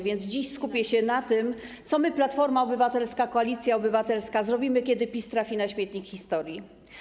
więc dziś skupię się na tym, co my, Platforma Obywatelska, Koalicja Obywatelska, zrobimy, kiedy PiS trafi na śmietnik historii.